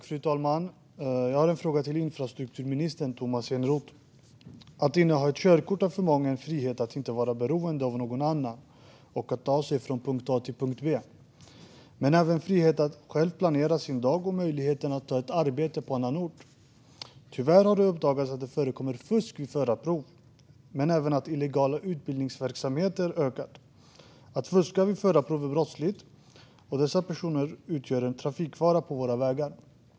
Fru talman! Jag har en fråga till infrastrukturminister Tomas Eneroth. Att inneha ett körkort innebär för många en frihet att inte vara beroende av någon annan och att kunna ta sig från punkt A till punkt B. Det innebär även frihet att själv kunna planera sin dag och att ha möjlighet att ta ett arbete på annan ort. Tyvärr har det uppdagats att det förekommer fusk vid förarprov och även att illegala utbildningsverksamheter har ökat. Att fuska vid förarprov är brottsligt, och dessa personer utgör en trafikfara på våra vägar.